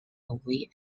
away